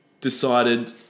decided